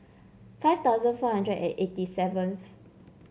five thousand four hundred and eighty seventh